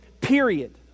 period